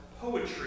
poetry